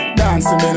dancing